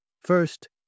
First